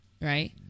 right